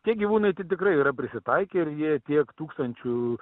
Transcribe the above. tie gyvūnai tai tikrai yra prisitaikę ir jie tiek tūkstančių